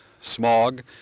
smog